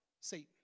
Satan